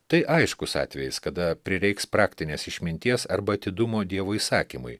tai aiškus atvejis kada prireiks praktinės išminties arba atidumo dievo įsakymui